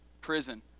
prison